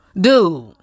dude